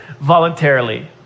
voluntarily